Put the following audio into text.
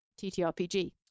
TTRPG